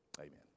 Amen